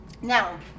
now